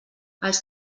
els